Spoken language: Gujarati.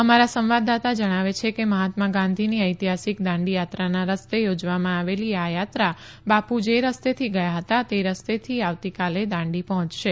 અમારા સંવાદદાતા જણાવે છે કે મહાત્મા ગાંધીની ઐતિહાસીક દાંડીયાત્રાના રસ્તે યોજવામાં આવેલી આ યાત્રા બાપુ જે રસ્તેથી ગયા હતા તે રસ્તેથી આવતીકાલે દાંડી પહોયશે